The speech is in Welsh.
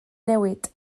newid